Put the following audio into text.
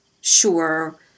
sure